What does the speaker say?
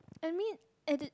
and mean at the